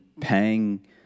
paying